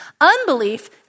Unbelief